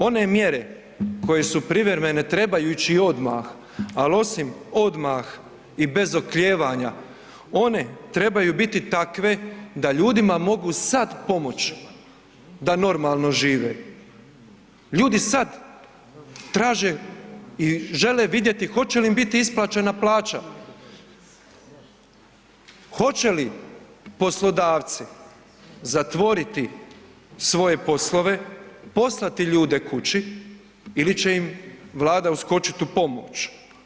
One mjere koje su privremene trebaju ići odmah, ali osim odmah i bez oklijevanja one trebaju biti takve da ljudima mogu sad pomoć da normalno žive, ljudi sad traže i žele vidjeti hoće li im biti isplaćena plaća, hoće li poslodavci zatvoriti svoje poslove, poslati ljude kući ili će im Vlada uskočiti u pomoć.